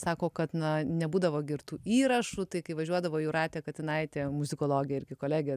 sako kad na nebūdavo gi ir tų įrašų tai kai važiuodavo jūratė katinaitė muzikologė irgi kolegė